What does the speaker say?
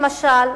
למשל,